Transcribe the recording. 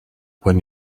when